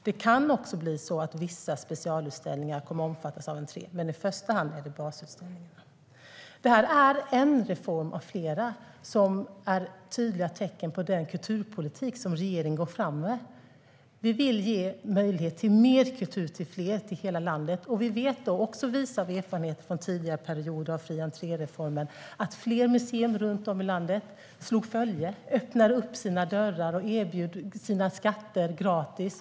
Det kan också bli så att vissa specialutställningar kommer att omfattas, men i första hand är det basutställningarna det handlar om. Det här är en reform av flera som är tydliga tecken på den kulturpolitik som regeringen går fram med. Vi vill ge möjlighet till mer kultur till fler och till hela landet. Vi vet, också visa av erfarenhet från den tidigare perioden med fri-entré-reformen, att fler museer runt om i landet slog följe, öppnade sina dörrar och erbjöd sina skatter gratis.